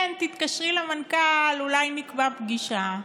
כן, תתקשרי למנכ"ל, אולי נקבע פגישה,